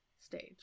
stage